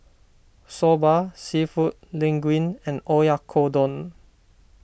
Soba Seafood Linguine and Oyakodon